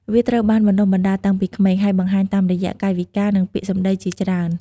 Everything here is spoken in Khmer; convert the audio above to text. វាត្រូវបានបណ្ដុះបណ្ដាលតាំងពីក្មេង ហើយបង្ហាញតាមរយៈកាយវិការ និងពាក្យសម្ដីជាច្រើន។